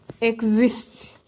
exist